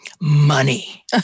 Money